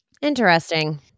Interesting